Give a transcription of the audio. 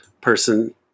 person